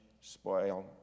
spoil